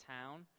town